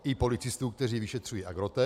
I policistům, kteří vyšetřují Agrotec.